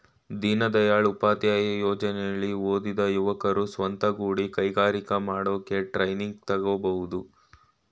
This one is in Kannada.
ದೀನದಯಾಳ್ ಉಪಾಧ್ಯಾಯ ಯೋಜನೆಲಿ ಓದಿದ ಯುವಕರು ಸ್ವಂತ ಗುಡಿ ಕೈಗಾರಿಕೆ ಮಾಡೋಕೆ ಟ್ರೈನಿಂಗ್ ತಗೋಬೋದು